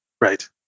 Right